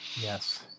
yes